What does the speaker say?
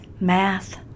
math